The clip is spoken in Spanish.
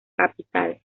capital